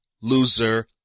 loser